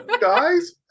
guys